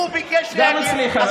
הוא ביקש, גם אצלי, חבר הכנסת כץ.